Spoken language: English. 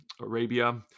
Arabia